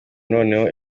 noneho